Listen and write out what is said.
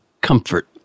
comfort